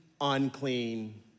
unclean